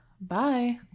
Bye